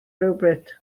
rhywbryd